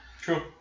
True